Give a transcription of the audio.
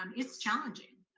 um it's challenging,